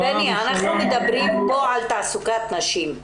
--- אנחנו מדברים פה על תעסוקת נשים.